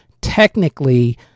Technically